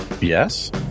yes